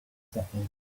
setting